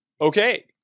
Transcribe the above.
Okay